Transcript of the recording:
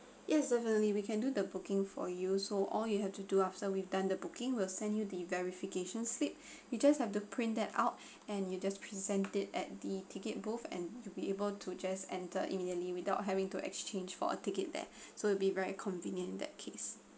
yes definitely we can do the booking for you so all you have to do after we've done the booking we'll send you the verification slip you just have to print them out and you just present it at the ticket booth and you'll be able to just enter immediately without having to exchange for a ticket there so it'll be very convenient that case